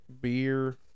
Beer